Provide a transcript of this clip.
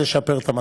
לשפר את המצב.